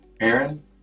Aaron